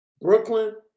Brooklyn